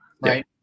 right